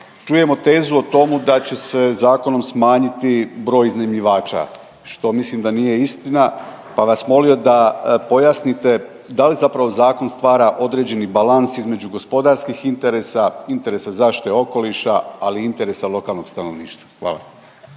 Čujemo tezu o tomu da će se zakonom smanjiti broj iznajmljivača, što mislim da nije istina pa bi vas molio da pojasnite da li zapravo zakon stvara određeni balans između gospodarskih interesa, interesa zaštite okoliša, ali i interesa lokalnog stanovništva?